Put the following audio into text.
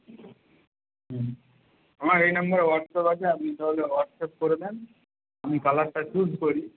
হুম আমার এই নাম্বারে হোয়াটসঅ্যাপ আছে আপনি তাহলে হোয়াটসঅ্যাপ করে দিন আমি কালারটা চুজ করি